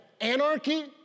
anarchy